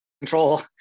control